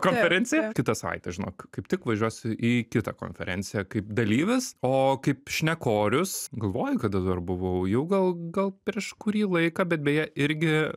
konferenciją kitą savaitę žinok kaip tik važiuosiu į kitą konferenciją kaip dalyvis o kaip šnekorius galvoju kada dabar buvau jau gal gal prieš kurį laiką bet beje irgi